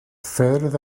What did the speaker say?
ffyrdd